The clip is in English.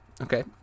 Okay